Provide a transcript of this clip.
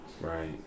Right